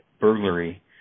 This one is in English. burglary